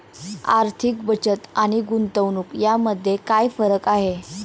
आर्थिक बचत आणि गुंतवणूक यामध्ये काय फरक आहे?